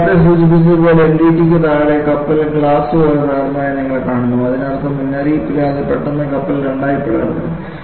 ഞാൻ നേരത്തെ സൂചിപ്പിച്ചതുപോലെ NDT ക്ക് താഴെ കപ്പൽ ഗ്ലാസ് പോലെ തകർന്നതായി നിങ്ങൾ കാണുന്നു അതിനർത്ഥം മുന്നറിയിപ്പില്ലാതെ പെട്ടെന്ന് കപ്പൽ രണ്ടായി പിളർന്നു